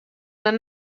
nad